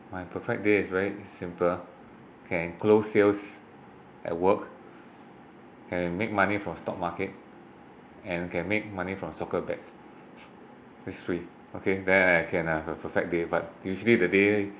my perfect day is very simple can close sales at work can make money from stock market and can make money from soccer bets these three okay then I can have a perfect day but usually the day